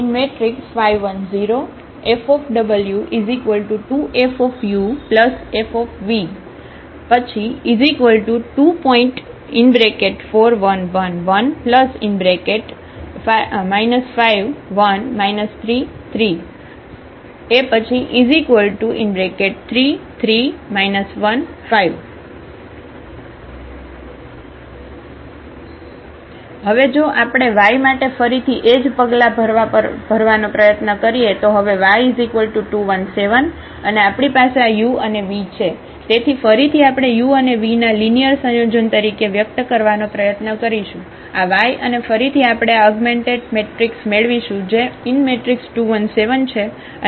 5 1 0 Fw2FuFv 2⋅4111 51 33 33 15 હવે જો આપણે વાય માટે ફરીથી એ જ પગલાં ભરવાનો પ્રયત્ન કરીએ તો હવે y 2 1 7 અને આપણી પાસે આ u અને v છે તેથી ફરીથી આપણે u અને vના લિનિયર સંયોજન તરીકે વ્યક્ત કરવાનો પ્રયત્ન કરીશું આ y અને ફરીથી આપણે આ અગમેન્ટેડ મેટ્રિક્સ મેળવીશું જે 2 1 7 છે